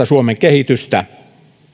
suomen myönteistä kehitystä